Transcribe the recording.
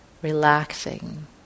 Relaxing